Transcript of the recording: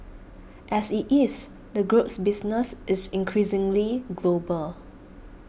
as it is the group's business is increasingly global